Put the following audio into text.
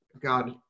God